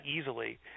easily